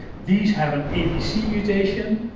these have an apc mutation.